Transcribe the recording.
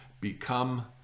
become